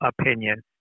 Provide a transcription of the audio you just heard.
opinion